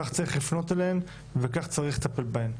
כך צריך לפנות אליהן וכך צריך לטפל בהן.